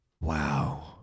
Wow